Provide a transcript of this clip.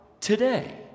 today